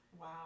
Wow